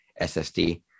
SSD